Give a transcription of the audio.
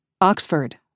Oxford